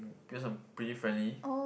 because I'm pretty friendly